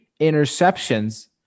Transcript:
interceptions